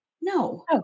No